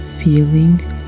feeling